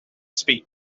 speak